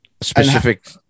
specific